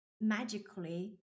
magically